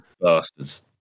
Bastards